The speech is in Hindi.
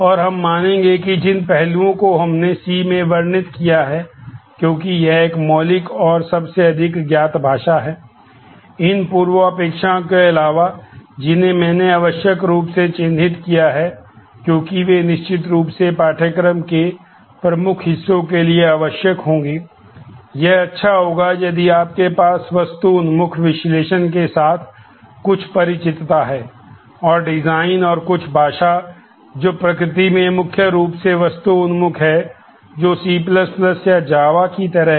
और हम मानेंगे कि जिन पहलुओं को हमने C में वर्णित किया है क्योंकि यह एक मौलिक और सबसे अधिक ज्ञात भाषा है इन पूर्वापेक्षाओं के अलावा जिन्हें मैंने आवश्यक रूप से चिह्नित किया है क्योंकि वे निश्चित रूप से पाठ्यक्रम के प्रमुख हिस्सों के लिए आवश्यक होंगे यह अच्छा होगा यदि आपके पास वस्तु उन्मुख विश्लेषण के साथ कुछ परिचितता है और डिजाइन और कुछ भाषा जो प्रकृति में मुख्य रूप से वस्तु उन्मुख है जो C या जावा की तरह है